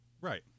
Right